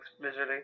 visually